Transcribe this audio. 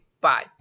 Bye